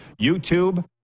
YouTube